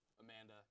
Amanda